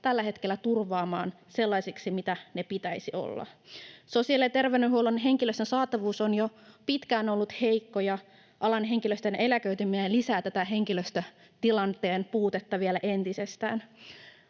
tällä hetkellä turvaamaan sellaisiksi, mitä niiden pitäisi olla. Sosiaali- ja terveydenhuollon henkilöstön saatavuus on jo pitkään ollut heikko, ja alan henkilöstön eläköityminen lisää tätä henkilöstötilanteen puutetta vielä entisestään.